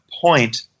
point